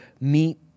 meet